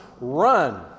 run